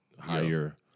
higher